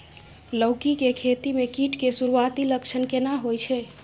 लौकी के खेती मे कीट के सुरूआती लक्षण केना होय छै?